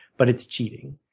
but it's cheating.